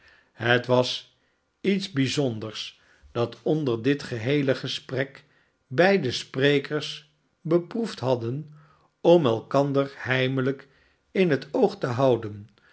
het was iets bijzonders dat onder dit geheele gesprek beide sprekers beproefd hadden om elkander heimelijk in het oogtehouden zonder